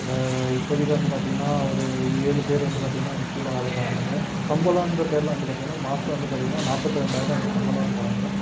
இப்போதைக்கு வந்து பார்த்தீங்கன்னா ஒரு ஏழு பேர் வந்து பார்த்தீங்கன்னா எனக்கு கீழே வந்து வேலை பார்க்குறாங்க சம்பளம் என்ற பேரில் வந்து பார்த்தீங்கன்னா மாதம் வந்து பார்த்தீங்கன்னா நாற்பத்தி ரெண்டாயிரம் எனக்கு சம்பளம் தர்றாங்க